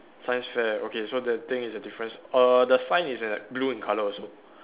science fair okay so the thing is a difference err the sign is a blue in color also